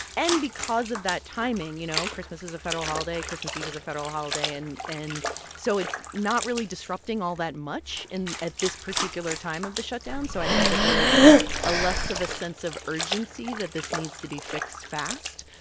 and because of that timing, you know christmas is a federal holiday. christmas eve is a federal holiday. and and so it's not really disrupting all that much in at this particular time of the shutdown so i think that there is a less of a sense of urgency that this needs to be fixed fast.